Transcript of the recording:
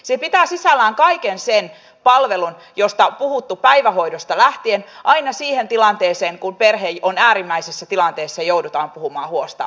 se pitää sisällään kaiken sen palvelun josta on puhuttu päivähoidosta lähtien aina siihen tilanteeseen kun perhe on äärimmäisessä tilanteessa ja joudutaan puhumaan huostaanotosta